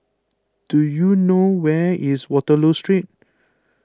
do you know where is Waterloo Street